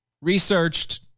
researched